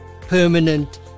permanent